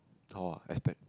hall ah I spend